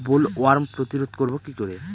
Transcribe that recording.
Bollworm প্রতিরোধ করব কি করে?